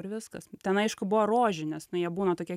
ir viskas ten aišku buvo rožinis nu jie būna tokie